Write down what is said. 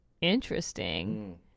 interesting